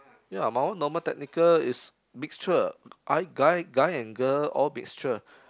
ya my one Normal Technical is mixture I guy guy and girl all mixture